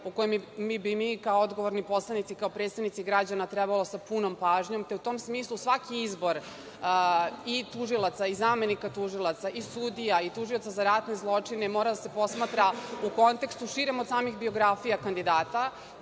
za koje bi mi kao odgovorni poslanici, kao predstavnici građana trebalo sa punom pažnjom, te u tom smislu svaki izbor i tužilaca i zamenika tužilaca i sudija i tužioca za ratne zločine mora da se posmatra u kontekstu širih od samih biografija kandidata.